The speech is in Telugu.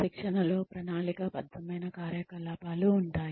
శిక్షణలో ప్రణాళికాబద్ధమైన కార్యక్రమాలు ఉంటాయి